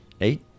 eight